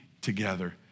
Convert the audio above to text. together